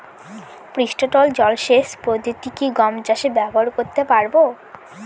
পৃষ্ঠতল জলসেচ পদ্ধতি কি গম চাষে ব্যবহার করতে পারব?